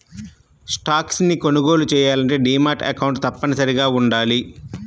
stocks ని కొనుగోలు చెయ్యాలంటే డీమాట్ అకౌంట్ తప్పనిసరిగా వుండాలి